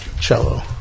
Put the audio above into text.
Cello